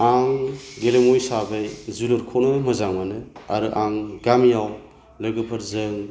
आं गेलेमु हिसाबै जोलुरखौनो मोजां मोनो आरो आं गामियाव लोगोफोरजों